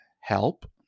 Help